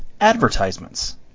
advertisements